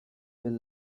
bill